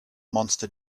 monster